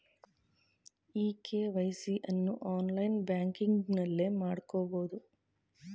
E KYC ಅನ್ನು online ಬ್ಯಾಂಕಿಂಗ್ನಲ್ಲೇ ಮಾಡ್ಕೋಬೋದು